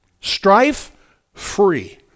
Strife-free